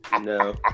No